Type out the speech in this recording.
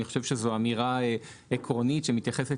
אני חושב שזו אמירה עקרונית שמתייחסת